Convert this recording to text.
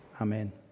Amen